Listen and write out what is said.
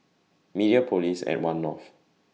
Mediapolis At one North